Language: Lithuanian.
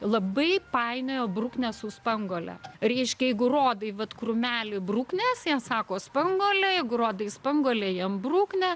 labai painioja bruknę su spanguole reiškia jeigu rodai vat krūmelį bruknės jie sako spanguolė jeigu rodai spanguolę jiem bruknė